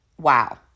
wow